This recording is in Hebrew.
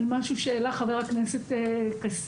על משהו שהעלה חבר הכנסת כסיף,